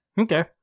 Okay